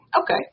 Okay